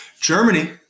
Germany